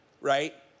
right